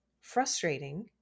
frustrating